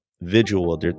visual